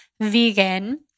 vegan